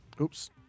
Oops